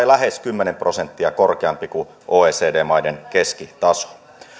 lähes kymmenen prosenttia korkeampi kuin oecd maiden keskitaso